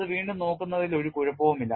അത് വീണ്ടും നോക്കുന്നതിൽ ഒരു കുഴപ്പവുമില്ല